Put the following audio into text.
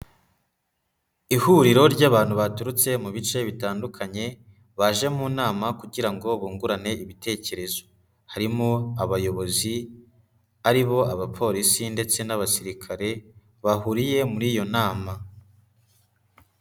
Ihuriro ry'abantu baturutse mu bice bitandukanye baje mu nama kugira ngo bungurane ibitekerezo, harimo abayobozi, ari bo abapolisi ndetse n'abasirikare bahuriye muri iyo nama.